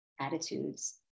attitudes